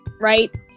right